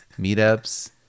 meetups